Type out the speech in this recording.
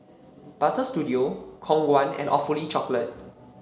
Butter Studio Khong Guan and Awfully Chocolate